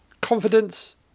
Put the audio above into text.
Confidence